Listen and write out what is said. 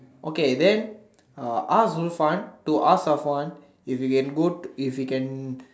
okay then uh ask Zulfan to ask Safwan if he can go if he can